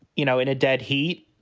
you know, in a dead heat.